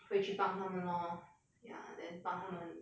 会去帮他们 lor ya then 帮他们